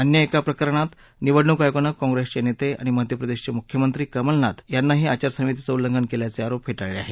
अन्य एका प्रकरणात निवडणूक आयोगांन काँग्रेसचे नेते आणि मध्य प्रदेशचे मुख्यमंत्री कमलनाथ यांनी आचारसंहितेचं उल्लंघन केल्याचे आरोप फेटाळले आहेत